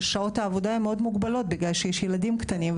ושעות העבודה הן מאוד מוגבלות בגלל שיש ילדים קטנים.